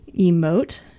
emote